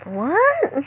what